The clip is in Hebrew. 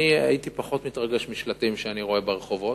אני הייתי פחות מתרגש משלטים שאני רואה ברחובות,